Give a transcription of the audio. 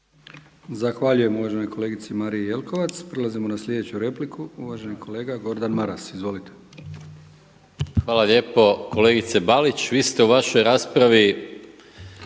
Zahvaljujem uvaženoj kolegici Mariji Jelkovac. Prelazimo na sljedeću repliku. Uvaženi kolega Gordan Maras. Izvolite. **Maras, Gordan (SDP)** Hvala lijepo. Kolegice Balić, vi ste u vašoj raspravi